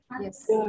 Yes